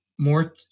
More